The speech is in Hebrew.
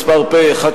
הצעת חוק פ/1762/18,